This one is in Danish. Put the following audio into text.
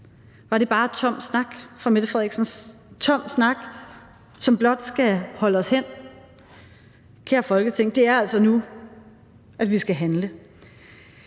Var det bare tom snak, som blot skal holde os hen? Kære Folketing, det er altså nu, at vi skal handle,